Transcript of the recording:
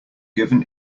given